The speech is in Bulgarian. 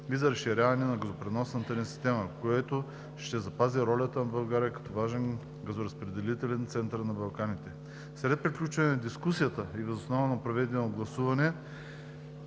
и за разширяване на газопреносната ни система, което ще запази ролята на България като важен газоразпределителен център на Балканите. След приключване на дискусията и въз основа на проведеното гласуване